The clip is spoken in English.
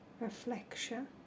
reflection